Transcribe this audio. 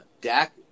Dak